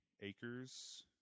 acres